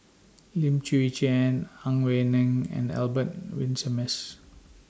Lim Chwee Chian Ang Wei Neng and Albert Winsemius